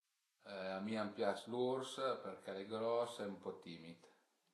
A mi an pias l'urs perché al e gros e ën po timid